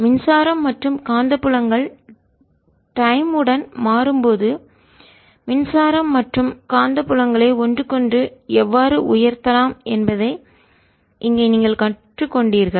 மின்சாரம் மற்றும் காந்தப்புலங்கள் டைம் உடன் காலத்துடன் மாறும்போது மின்சாரம் மற்றும் காந்தப்புலங்கள் ஐ ஒன்றுக்கொன்று எவ்வாறு உயர்த்தலாம் என்பதை இங்கே நீங்கள் கற்றுக்கொண்டீர்கள்